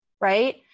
Right